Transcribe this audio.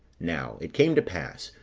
now it came to pass,